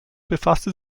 befasste